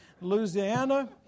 Louisiana